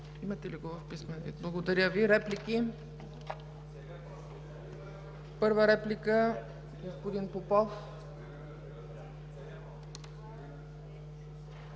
Имате ли го в писмен вид? Благодаря Ви. Реплики? Първа реплика – господин Попов.